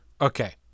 Okay